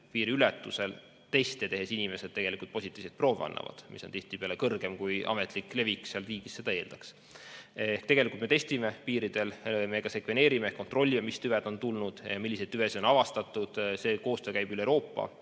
piiriületusel teste tehes inimesed positiivseid proove annavad. See [tulemus] on tihtipeale kõrgem, kui ametlik levik seal riigis seda eeldaks. Tegelikult me testime piiridel, me ka sekveneerime, kontrollime, mis tüved on siia tulnud, milliseid tüvesid on avastatud. See koostöö käib üle Euroopa,